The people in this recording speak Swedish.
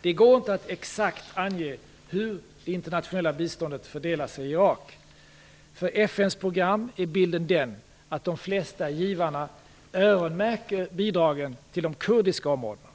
Det går inte att exakt ange hur det internationella biståndet fördelar sig i Irak. För FN:s program är bilden den att de flesta givarna öronmärker bidragen till de kurdiska områdena.